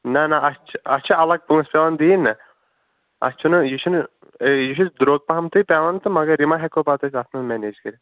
نہَ نہَ اَتھ چھِ اَتھ چھِ الگ پۄنٛسہِ پٮ۪وان دِنۍ نا اَتھ چھُنہٕ یہِ چھُنہٕ یہِ چھُس درٛۅگ پہمتھٕے پٮ۪وان تہٕ مگر یہِ ما ہٮ۪کو پتہٕ أسۍ اَتھ منٛز مَنیج کٔرِتھ